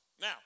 Now